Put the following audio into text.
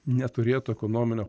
neturėtų ekonominio